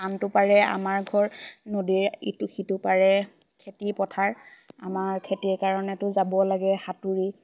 কামটো পাৰে আমাৰ ঘৰ নদীৰ ইটো সিটো পাৰে খেতি পথাৰ আমাৰ খেতিৰ কাৰণেতো যাব লাগে সাঁতুৰি